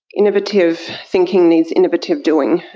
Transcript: innovative thinking needs innovative doing.